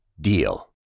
DEAL